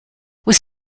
was